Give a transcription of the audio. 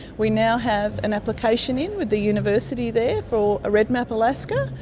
we now have an application in with the university there for a redmap alaska,